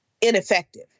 ineffective